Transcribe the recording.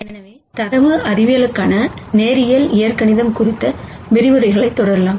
எனவே டேட்டா சயின்ஸ்க்கான linear algebra குறித்த விரிவுரைகளைத் தொடரலாம்